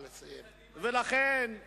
ממשלת קדימה